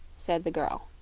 said the girl.